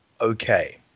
okay